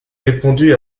répondu